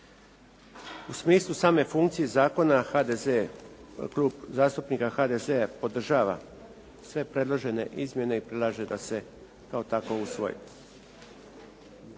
U smislu same funkcije zakona HDZ, Klub zastupnika HDZ-a podržava sve predložene izmjene i predlaže da se kao takav usvoji.